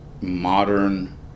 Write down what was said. modern